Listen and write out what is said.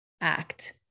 act